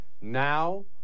now